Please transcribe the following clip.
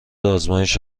آزمایش